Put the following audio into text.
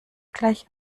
gleich